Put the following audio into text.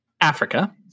Africa